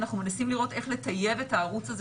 אנחנו מנסים לראות איך לטייב אתה ערוץ הזה